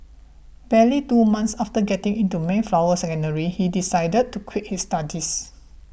barely two months after getting into Mayflower Secondary he decided to quit his studies